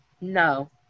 no